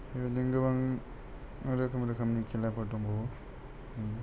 बेबादिनो गोबां रोखोम रोखोमनि खेलाफोर दंबावो